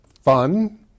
fun